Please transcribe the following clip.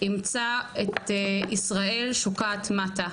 ימצא את ישראל שוקעת מטה,